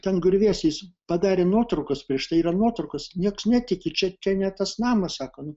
ten griuvėsiais padarė nuotraukas prieš tai yra nuotraukos nieks netiki čia čia ne tas namas sako nu